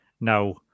now